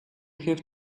have